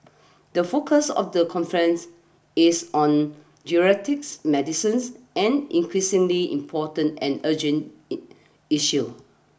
the focus of the conference is on geriatrics medicines an increasingly important and urgent issue